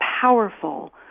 powerful